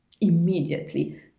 immediately